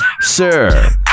Sir